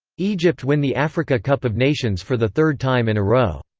egypt win the africa cup of nations for the third time in a row.